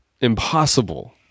impossible